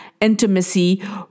intimacy